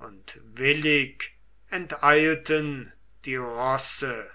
und willig enteilten die rosse